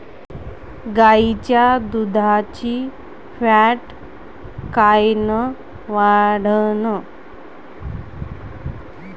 गाईच्या दुधाची फॅट कायन वाढन?